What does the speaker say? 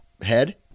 head